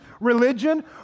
religion